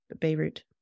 Beirut